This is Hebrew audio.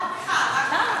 רק מיכל.